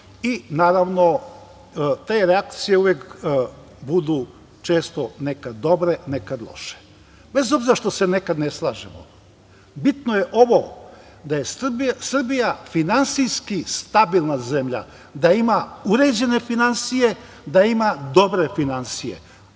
i, naravno, te reakcije često budu nekad dobre, nekad loše. Bez obzira što se nekad ne slažemo, bitno je da je Srbija finansijski stabilna zemlja, da ima uređene finansije, da ima dobre finansije.